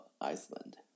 Iceland